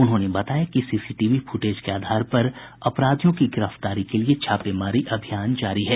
उन्होंने बताया कि सीसीटीवी फुटेज के आधार पर अपराधियों की गिरफ्तारी के लिये छापेमारी अभियान जारी है